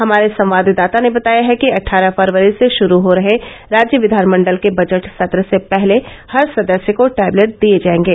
हमारे संवाददाता ने बताया है कि अट्ठारह फरवरी से शुरू हो रहे राज्य विधानमंडल के बजट सत्र से पहले हर सदस्य को टैबलेट दिये जायेंगे